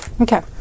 Okay